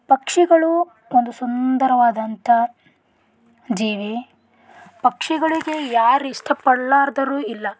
ಪಕ್ಷಿಗಳು ಒಂದು ಸುಂದರವಾದಂಥ ಜೀವಿ ಪಕ್ಷಿಗಳಿಗೆ ಯಾರು ಇಷ್ಟಪಡ್ಲಾರ್ದವ್ರು ಇಲ್ಲ